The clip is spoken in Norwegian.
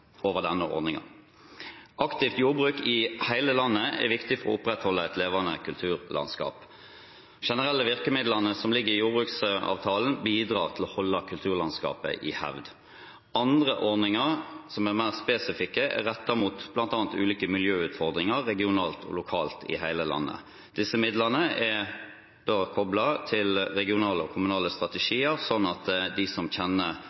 over denne ordningen. Aktivt jordbruk i hele landet er viktig for å opprettholde et levende kulturlandskap. De generelle virkemidlene som ligger i jordbruksavtalen, bidrar til å holde kulturlandskapet i hevd. Andre ordninger som er mer spesifikke, er rettet mot bl.a. ulike miljøutfordringer regionalt og lokalt i hele landet. Disse midlene er da koblet til regionale og kommunale strategier, slik at de som kjenner